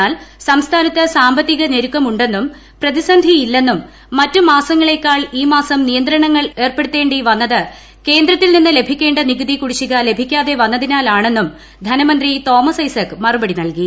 എന്നാൽ സംസ്ഥാനത്ത് സാമ്പത്തിക ഞെരുക്കമുണ്ടെന്നും പ്രതിസന്ധിയില്ലെന്നും മറ്റ് മാസങ്ങളേക്കാൾ ഈ മാസം നിയന്ത്രണങ്ങൾ ഏർപ്പെടുത്തേണ്ടി വന്നത് കേന്ദ്രത്തിൽ നിന്ന് ലഭിക്കേണ്ട നികുതി കുടിശ്ശിക ലഭിക്കാതെ വന്നതിനാലാണെന്നും ധനമന്ത്രി തോമസ്ക്കുക്കുസക് മറുപടി നൽകി